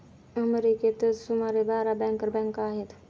अमेरिकेतच सुमारे बारा बँकर बँका आहेत